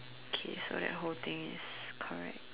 kay so that whole thing is correct